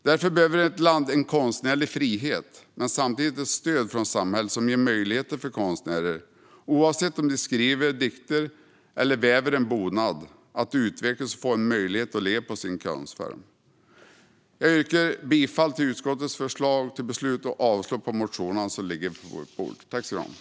Därför behöver ett land konstnärlig frihet men samtidigt ett stöd från samhället som ger möjligheter för konstnärer, oavsett om de skriver dikter eller väver en bonad, att utvecklas och få en möjlighet att leva på sin konstform. Jag yrkar bifall till utskottets förslag till beslut och avslag på motionerna som ligger på bordet.